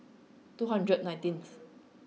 two hundred nineteenth